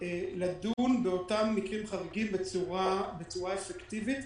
לדון באותם מקרים חריגים בצורה אפקטיבית.